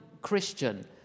Christian